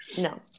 no